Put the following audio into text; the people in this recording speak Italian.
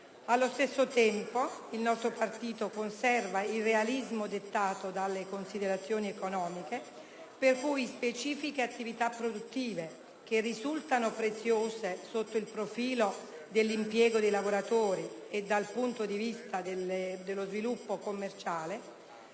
Allo stesso tempo il nostro Gruppo conserva il realismo dettato dalle considerazioni economiche, per cui specifiche attività produttive, che risultano preziose sotto il profilo dell'impiego di lavoratori e dal punto di vista dello sviluppo commerciale,